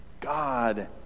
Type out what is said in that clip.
God